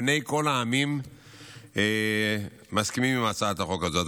בני כל העמים מסכימים עם הצעת החוק הזאת.